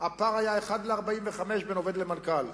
הפער היה 1 ל-45 בין עובד למנכ"ל,